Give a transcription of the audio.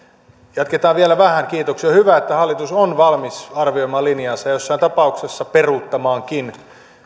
jatketaan vielä vähän kiitoksia on hyvä että hallitus on valmis arvioimaan linjaansa ja jossain tapauksessa peruuttamaankin